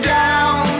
down